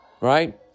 Right